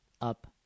up